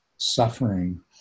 suffering